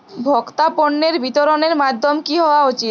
ভোক্তা পণ্যের বিতরণের মাধ্যম কী হওয়া উচিৎ?